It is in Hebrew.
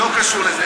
לא קשור לזה.